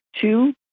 two